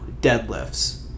deadlifts